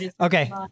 Okay